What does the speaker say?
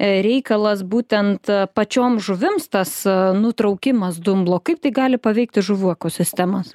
reikalas būtent pačiom žuvims tas nutraukimas dumblo kaip tai gali paveikti žuvų ekosistemas